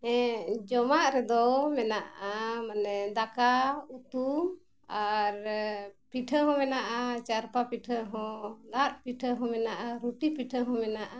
ᱡᱚᱢᱟᱜ ᱨᱮᱫᱚ ᱢᱮᱱᱟᱜᱼᱟ ᱢᱟᱱᱮ ᱫᱟᱠᱟ ᱩᱛᱩ ᱟᱨ ᱯᱤᱴᱷᱟᱹ ᱦᱚᱸ ᱢᱮᱱᱟᱜᱼᱟ ᱪᱟᱨᱯᱟ ᱯᱤᱴᱷᱟᱹ ᱦᱚᱸ ᱞᱟᱫ ᱯᱤᱴᱷᱟᱹ ᱦᱚᱸ ᱢᱮᱱᱟᱜᱼᱟ ᱨᱩᱴᱤ ᱯᱤᱴᱷᱟᱹ ᱦᱚᱸ ᱢᱮᱱᱟᱜᱼᱟ